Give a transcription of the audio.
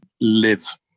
live